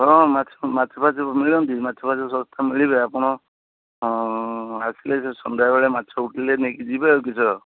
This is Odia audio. ହଁ ମାଛ ମାଛଫାଛ ମିଳନ୍ତି ମାଛଫାଛ ଶସ୍ତା ମିଳିବେ ଆପଣ ଆସିଲେ ସେ ସନ୍ଧ୍ୟାବେଳେ ମାଛ ଉଠିଲେ ନେଇକି ଯିବେ ଆଉ କିସ